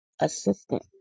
assistant